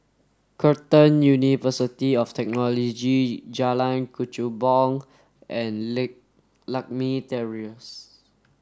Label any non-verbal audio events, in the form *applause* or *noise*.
Curtin University of Technology Jalan Kechubong and *unintelligible* Lakme Terrace